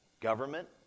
government